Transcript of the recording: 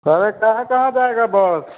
कह रहे कहाँ कहाँ जाएगी बस